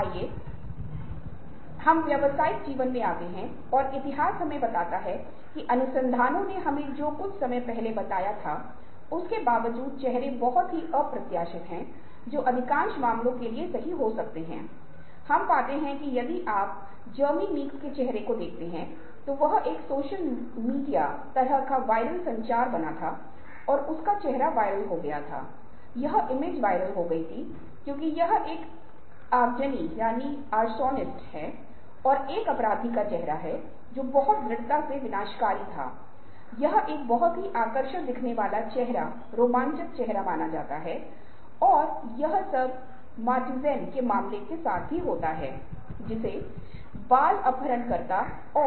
जो व्यक्ति सामाजिक संबंधों में अच्छा है वह न्याय करता है कि कैसे रिश्ते चलते हैं और एक व्यक्ति जो सामाजिक कौशल में अच्छा है वह आसानी से दोस्त बना सकता है और जिस व्यक्ति के पास सहानुभूति है वह दोस्तों की स्थितियों को समझने के लिए खुदकों अन्य स्थितियों में डाल सकता है